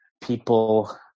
people